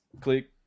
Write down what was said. Click